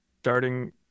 starting